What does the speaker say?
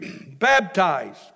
baptized